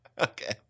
Okay